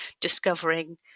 discovering